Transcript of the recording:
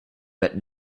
but